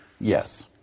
Yes